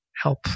help